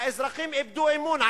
האזרחים איבדו אמון.